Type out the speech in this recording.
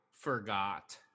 forgot